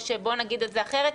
או שבוא נגיד את זה אחרת,